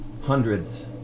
hundreds